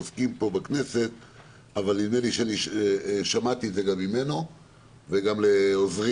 אבל שמעתי את זה גם ממנו וגם מעוזרי